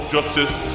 Justice